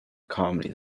calmly